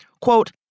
Quote